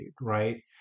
right